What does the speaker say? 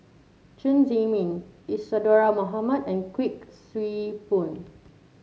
Chen Zhiming Isadhora Mohamed and Kuik Swee Boon